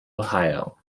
ohio